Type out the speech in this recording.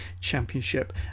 Championship